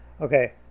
okay